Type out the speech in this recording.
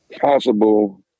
possible